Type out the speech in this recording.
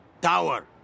Tower